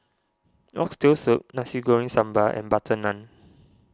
Oxtail Soup Nasi Goreng Sambal and Butter Naan